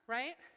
right